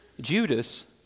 Judas